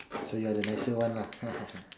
so you're the nicer one lah